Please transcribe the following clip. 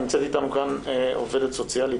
נמצאת איתנו כאן עובדת סוציאלית,